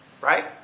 right